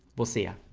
we'll see you.